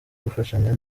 gufashanya